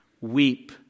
weep